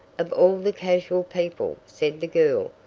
of all the casual people, said the girl,